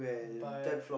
but